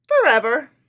forever